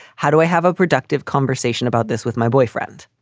how do i have a productive conversation about this with my boyfriend?